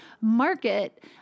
market